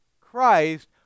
Christ